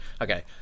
Okay